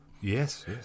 yes